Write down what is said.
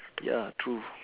ya true